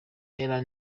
era